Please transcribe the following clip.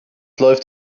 läuft